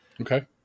Okay